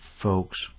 folks